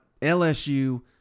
LSU